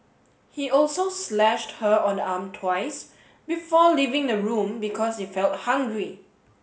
he also slashed her on the arm twice before leaving the room because he felt hungry